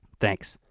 thanks.